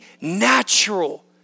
natural